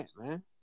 man